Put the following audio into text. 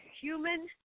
human